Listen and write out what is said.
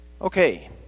Okay